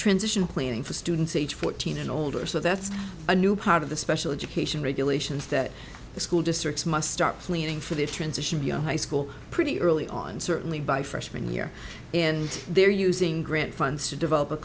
transition planning for students age fourteen and older so that's a new part of the special education regulations that the school districts must start planning for the transition to a high school pretty early on certainly by freshman year and they're using grant funds to develop a